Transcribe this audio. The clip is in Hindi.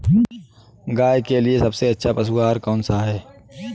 गाय के लिए सबसे अच्छा पशु आहार कौन सा है?